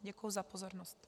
Děkuji za pozornost.